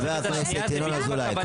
חבר הכנסת ינון אזולאי,